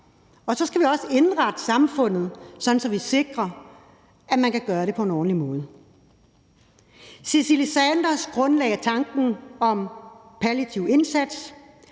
Og så skal vi også indrette samfundet sådan, at vi sikrer, at man kan gøre det på en ordentlig måde. Cicely Saunders grundlagde tanken om palliativ indsats.